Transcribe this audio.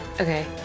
Okay